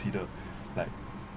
~sider like